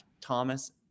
Thomas